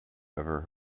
ever